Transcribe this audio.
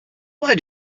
why